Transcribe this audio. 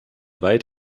weit